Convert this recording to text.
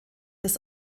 bis